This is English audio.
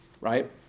Right